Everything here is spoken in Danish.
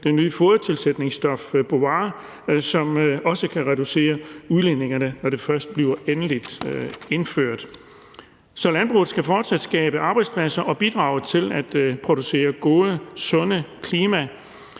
det nye fodertilsætningsstof Bovaer, som også kan reducere udledningerne, når det først bliver endelig indført. Landbruget skal fortsat skabe arbejdspladser og bidrage til at producere gode, sunde, klima-